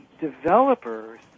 developers